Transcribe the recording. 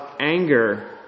anger